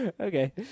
Okay